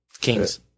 Kings